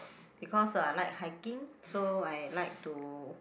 because uh I like hiking so I like to